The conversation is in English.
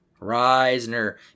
Reisner